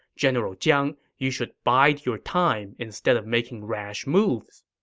general jiang, you should bide your time instead of making rash moves.